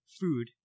food